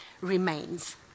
remains